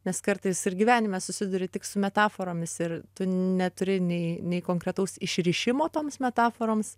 nes kartais ir gyvenime susiduri tik su metaforomis ir neturi nei nei konkretaus išrišimo toms metaforoms